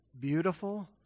beautiful